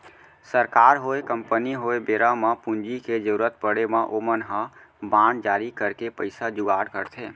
सरकार होय, कंपनी होय बेरा म पूंजी के जरुरत पड़े म ओमन ह बांड जारी करके पइसा जुगाड़ करथे